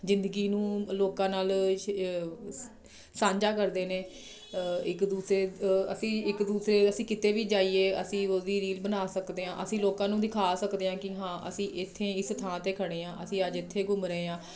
ਜ਼ਿੰਦਗੀ ਨੂੰ ਲੋਕਾਂ ਨਾਲ ਸ਼ ਸਾਂਝਾ ਕਰਦੇ ਨੇ ਇੱਕ ਦੂਸਰੇ ਅਸੀਂ ਇੱਕ ਦੂਸਰੇ ਅਸੀਂ ਕਿਤੇ ਵੀ ਜਾਈਏ ਅਸੀਂ ਉਹਦੀ ਰੀਲ ਬਣਾ ਸਕਦੇ ਹਾਂ ਅਸੀਂ ਲੋਕਾਂ ਨੂੰ ਦਿਖਾ ਸਕਦੇ ਹਾਂ ਕਿ ਹਾਂ ਅਸੀਂ ਇੱਥੇ ਇਸ ਥਾਂ 'ਤੇ ਖੜੇ ਹਾਂ ਅਸੀਂ ਅੱਜ ਇੱਥੇ ਘੁੰਮ ਰਹੇ ਹਾਂ